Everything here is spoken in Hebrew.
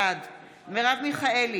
בעד מרב מיכאלי,